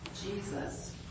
Jesus